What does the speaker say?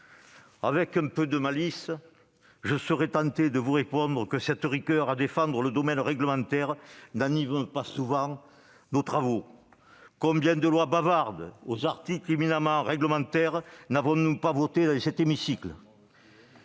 Avec un peu de malice, je serais tenté de répondre que cette rigueur à défendre le domaine réglementaire n'anime pas souvent nos travaux. Combien de lois bavardes, aux articles éminemment réglementaires, n'avons-nous pas votées dans cet hémicycle ?